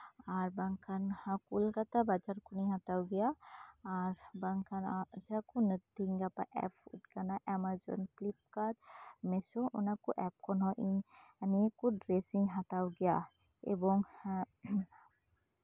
ᱟᱨ ᱵᱟᱝᱠᱷᱟᱱ ᱠᱳᱞᱠᱟᱛᱟ ᱵᱟᱡᱟᱨ ᱠᱷᱚᱱ ᱦᱚᱸᱧ ᱦᱟᱛᱟᱣ ᱜᱮᱭᱟ ᱟᱨ ᱢᱮᱱ ᱜᱟᱱᱚᱜᱼᱟ ᱛᱮᱦᱮᱧᱼᱜᱟᱯᱟ ᱡᱟᱦᱟᱸ ᱠᱚ ᱮᱯᱥ ᱮᱢᱟᱡᱚᱱ ᱯᱞᱤᱯᱠᱟᱨᱰ ᱢᱮᱥᱳ ᱚᱱᱟ ᱠᱚ ᱮᱯᱥ ᱠᱷᱚᱱ ᱦᱚᱸ ᱤᱧ ᱱᱤᱭᱟᱹ ᱠᱚ ᱰᱨᱮᱥᱤᱧ ᱦᱟᱛᱟᱣ ᱜᱮᱭᱟ ᱮᱵᱚᱝ ᱮᱸᱜ